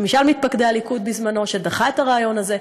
ומשאל מתפקדי הליכוד בזמנו דחה את הרעיון הזה.